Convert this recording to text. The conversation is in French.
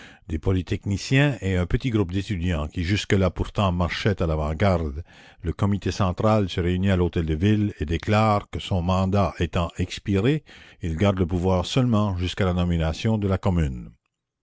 des polytechniciens et un petit groupe d'étudiants qui jusque-là pourtant marchaient à l'avant-garde le comité central se réunit à l'hôtel-de-ville et déclare que son mandat étant expiré il la commune garde le pouvoir seulement jusqu'à la nomination de la commune